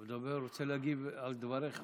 הוא רוצה להגיב על דבריך.